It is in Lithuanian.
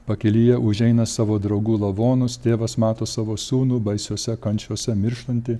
pakelyje užeina savo draugų lavonus tėvas mato savo sūnų baisiose kančiose mirštantį